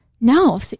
No